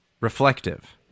Reflective